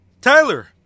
Tyler